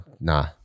nah